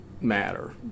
matter